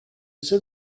said